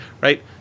right